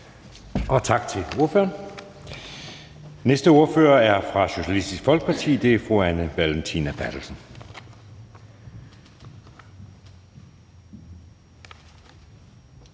Tak til ordføreren. Næste ordfører er fra Socialistisk Folkeparti, og det er fru Anne Valentina Berthelsen.